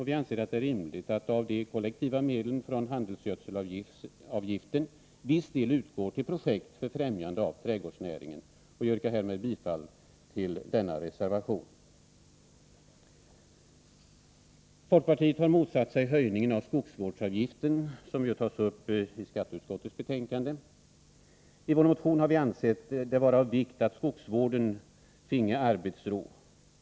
Vi anser det rimligt att en viss del av de kollektiva medlen från handelsgödselavgiften går till projekt för främjande av trädgårdsnäringen. Jag yrkar härmed bifall till denna reservation. Folkpartiet har motsatt sig höjningen av skogsvårdsavgiften, som tas upp i skatteutskottets betänkande. I vår motion har vi ansett det vara av vikt att skogsvården finge arbetsro.